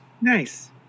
Nice